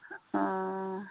অঁ